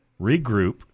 regroup